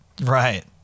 right